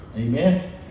Amen